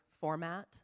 format